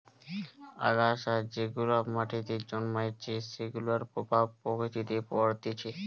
আগাছা যেগুলা মাটিতে জন্মাইছে সেগুলার প্রভাব প্রকৃতিতে পরতিছে